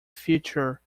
future